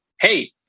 Hey